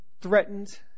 threatened